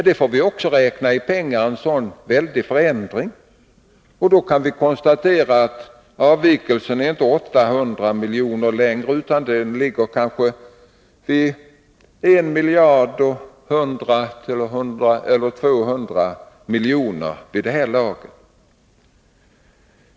En sådan väldig förändring får vi också räkna i pengar, och då blir avvikelsen inte längre 800 milj.kr., utan den torde uppgå till 1 100-1 200 milj.kr. vid det här laget.